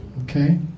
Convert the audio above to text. okay